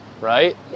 Right